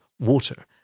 water